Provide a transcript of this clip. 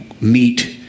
meet